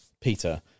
Peter